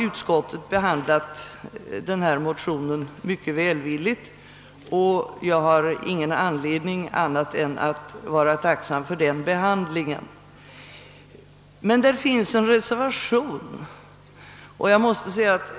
Utskottet har behandlat denna motion mycket välvilligt och jag har ingen anledning att vara annat än tacksam härför. Till utskottets utlåtande är emellertid fogad en reservation.